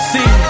See